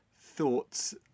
thoughts